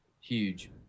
huge